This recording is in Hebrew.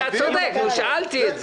אתה צודק, שאלתי את זה.